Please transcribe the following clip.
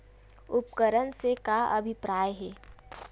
उपकरण से का अभिप्राय हे?